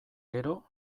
gero